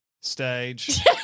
stage